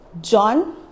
John